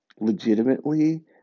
legitimately